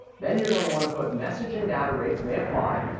then you're gonna wanna put, message and data rates may apply.